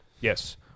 Yes